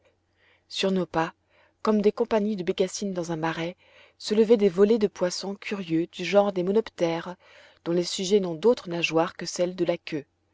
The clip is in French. sur nos pas comme des compagnies de bécassines dans un marais se levaient des volées de poissons curieux du genre des monoptères dont les sujets n'ont d'autre nageoire que celle de la queue